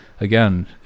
again